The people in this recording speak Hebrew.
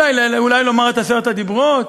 אולי לומר את עשרת הדיברות?